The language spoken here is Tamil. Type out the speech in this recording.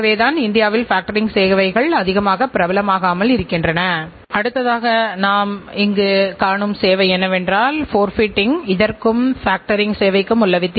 மின்சார கட்டணத்தை செலுத்துவதற்கு எவ்வளவு நேரம் வேண்டும் என்றால் நாம் அங்கு இருக்க வேண்டும் வரிசையில் நிற்க வேண்டும் பின்னர் ஜன்னலில் உட்கார்ந்திருக்கும் நபரிடம் தொகையை செலுத்த வேண்டும்